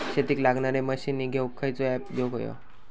शेतीक लागणारे मशीनी घेवक खयचो ऍप घेवक होयो?